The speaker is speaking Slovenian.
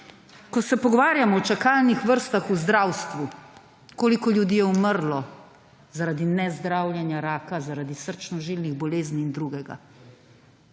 ko se pogovarjamo o čakalnih vrstah v zdravstvu, koliko ljudi je umrlo zaradi nezdravljenja raka, zaradi srčno žilnih bolezni in drugega.